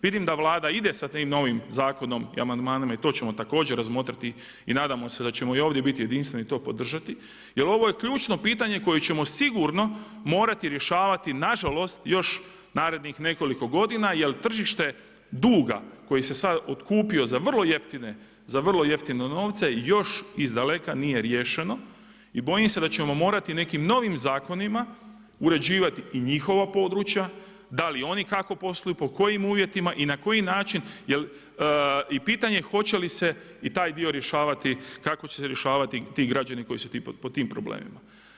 Vidim da Vlada ide sa tim novim zakonom i amandmanima i to ćemo također razmotriti i nadamo se da ćemo i ovdje biti jedinstveni to podržati jer ovo je ključno pitanje koje ćemo sigurno morati rješavati nažalost još narednih nekoliko godina jer tržište duga koje se sad otkupio za vrlo jeftine novce još izdaleka nije riješeno i bojim se da ćemo morati nekim novim zakonima uređivati i njihova područja, da li oni i kako posluju, po kojim uvjetima i na koji način i pitanje hoće li ste i da dio rješavati kako će se rješavati ti građani koji su pod tim problemima.